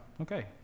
Okay